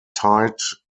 tight